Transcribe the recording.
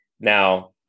Now